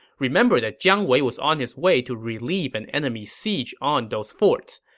remember that jiang wei was on his way to relieve an enemy siege on those forts.